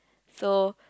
so